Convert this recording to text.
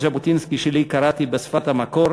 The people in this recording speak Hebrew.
את ז'בוטינסקי שלי קראתי בשפת המקור,